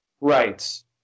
Right